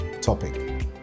topic